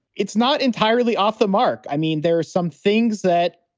it's not entirely off the mark. i mean, there are some things that,